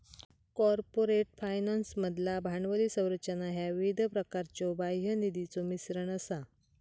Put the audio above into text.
corporate फायनान्समधला भांडवली संरचना ह्या विविध प्रकारच्यो बाह्य निधीचो मिश्रण असा